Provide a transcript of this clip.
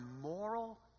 moral